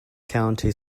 county